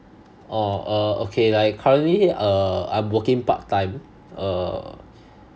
oh err okay like currently err I'm working part time uh